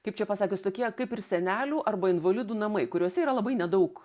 kaip čia pasakius tokie kaip ir senelių arba invalidų namai kuriuose yra labai nedaug